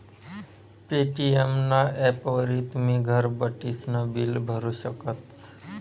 Paytm ना ॲपवरी तुमी घर बठीसन बिल भरू शकतस